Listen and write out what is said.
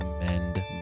Mend